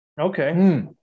okay